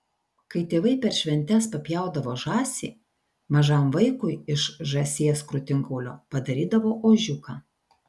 kai tėvai per šventes papjaudavo žąsį mažam vaikui iš žąsies krūtinkaulio padarydavo ožiuką